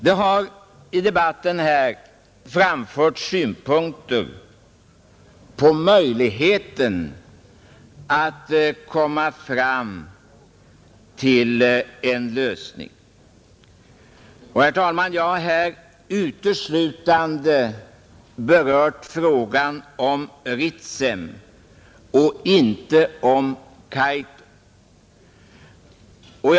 Det har i debatten framförts synpunkter på möjligheten att finna en lösning. Herr talman! Jag har här uteslutande berört frågan om utbyggnad av Ritsem och inte av Kaitum.